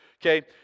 Okay